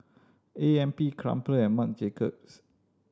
A M P Crumpler and Marc Jacobs